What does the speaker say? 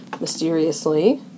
mysteriously